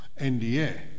NDA